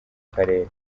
karere